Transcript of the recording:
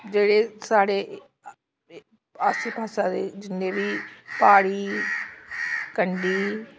जेह्ड़े साढ़े आस्सै पास्से दे जिन्ने बी प्हाड़ी कंडी